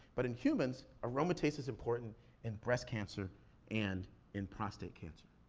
but in humans, aromatase is important in breast cancer and in prostate cancer.